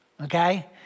okay